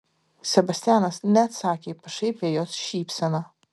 sebastianas neatsakė į pašaipią jos šypseną